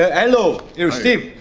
ah hello. you're steve?